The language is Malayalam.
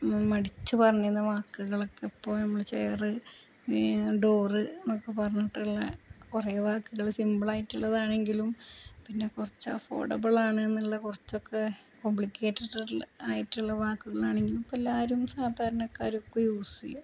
മടിച്ചു പറഞ്ഞിരുന്ന വാക്കുകളൊക്കെ ഇപ്പോള് നമ്മള് ചെയര് ഡോര് എന്നൊക്കെ പറഞ്ഞിട്ടുള്ള കുറേ വാക്കുകള് സിമ്പിളായിട്ടുള്ളതാണെങ്കിലും പിന്നെ കുറച്ച് അഫോർഡബിളാണ് എന്നുള്ള കുറച്ചൊക്കെ കോംപ്ലിക്കേറ്റഡായിട്ടുള്ള വാക്കുകളാണെങ്കിലും ഇപ്പോള് എല്ലാവരും സാധാരണക്കാരുമൊക്കെ യൂസ് ചെയ്യും